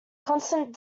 constant